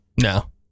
No